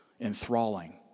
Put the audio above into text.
enthralling